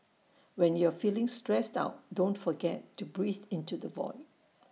when you are feeling stressed out don't forget to breathe into the void